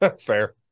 Fair